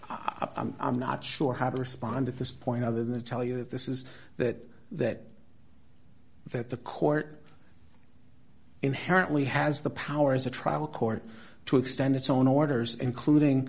i'm not sure how to respond at this point other than the tell you that this is that that that the court inherently has the power as a trial court to extend its own orders including